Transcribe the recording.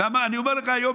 אני אומר לך היום,